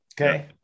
Okay